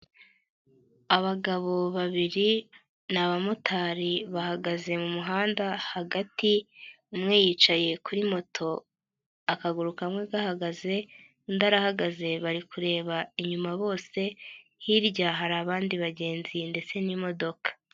Abagabo babiri ni abamotari bahagaze mu muhanda hagati umwe yicaye kuri moto, akaguru kamwe gahagaze undi arahagaze bari kureba inyuma bose hirya hari abandi bagenzi ndetse n'imodoka.